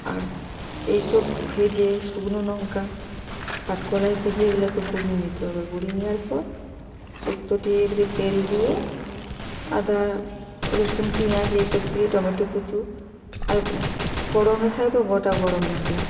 আর এইসব ভেজে শুকনো লঙ্কা কাঠ খোলায় ভেজে এগুলোকে গুঁড়িয়ে নিতে হবে গুঁড়িয়ে নেওয়ার পর শুক্তোটি এবারে তেল দিয়ে আদা রসুন পেঁয়াজ এইসব দিয়ে টমেটো কুঁচি আর ফোড়নে থাকবে গোটা গরম মশলা